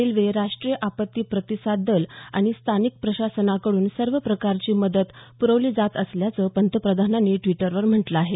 railway राष्ट्रीय आपत्ती प्रतिसाद दल आणि स्थानिक प्रशासनाकड्रन सर्व प्रकारची मदत पुरवली जात असल्याचं पंतप्रधानांनी द्विटरवर म्हटलं आहे